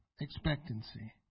expectancy